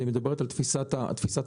אני מדבר על תפיסת המקרו.